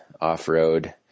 off-road